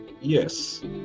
yes